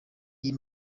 iyi